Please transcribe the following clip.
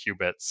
qubits